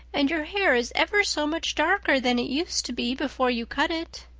and your hair is ever so much darker than it used to be before you cut it.